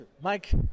Mike